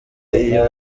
iyo